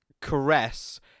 caress